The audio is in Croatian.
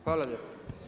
Hvala lijepo.